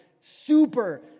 super